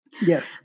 Yes